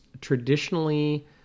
traditionally